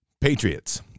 Patriots